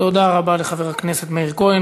תודה רבה לחבר הכנסת מאיר כהן.